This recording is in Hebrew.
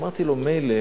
אמרתי לו: מילא